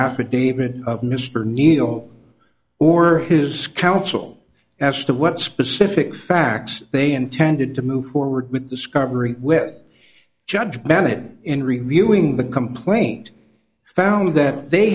outer david of mr neil or his counsel as to what specific facts they intended to move forward with this coverage with judge bennett in reviewing the complaint found that they